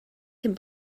cyn